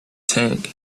tank